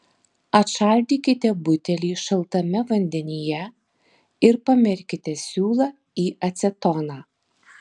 atšaldykite butelį šaltame vandenyje ir pamerkite siūlą į acetoną